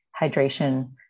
hydration